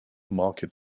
market